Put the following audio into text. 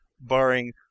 Barring